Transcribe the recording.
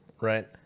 right